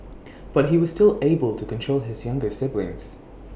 but he was still able to control his younger siblings